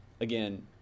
again